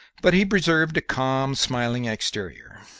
but he preserved a calm, smiling exterior.